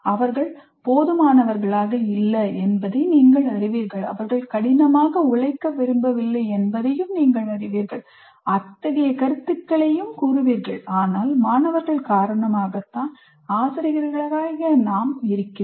அவர்கள் போதுமானவர்கள் அல்ல என்பதை நீங்கள் அறிவீர்கள் அவர்கள் கடினமாக உழைக்க விரும்பவில்லை என்பதையும் நீங்கள் அறிவீர்கள் அத்தகைய கருத்துக்களை கூறுவீர்கள் ஆனால் மாணவர்கள் காரணமாகதான் ஆசிரியர்களாகிய நாம் இருக்கிறோம்